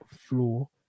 floor